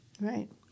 Right